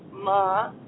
Ma